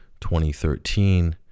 2013